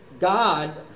God